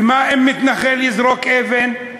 ומה אם מתנחל יזרוק אבן?